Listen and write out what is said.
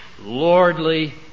lordly